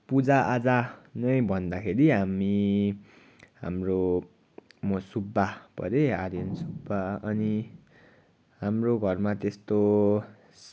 पूजाआजा नै भन्दाखेरि हामी हाम्रो म सुब्बा परे आर्यन सुब्बा अनि हाम्रो घरमा त्यस्तो